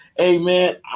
Amen